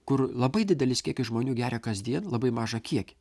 kur labai didelis kiekis žmonių geria kasdien labai mažą kiekį